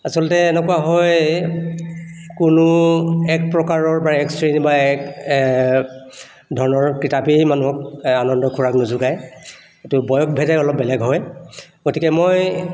আচলতে এনেকুৱা হয় কোনো এক প্ৰকাৰৰ বা এক শ্ৰেণীৰ এক ধৰণৰ কিতাপেই মানুহক আনন্দৰ খোৰাক নোযোগায় সেইটো বয়স ভেদে অলপ বেলেগ হয় গতিকে মই